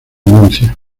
anuncia